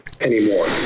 anymore